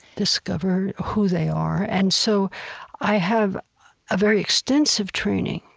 discover who they are. and so i have a very extensive training,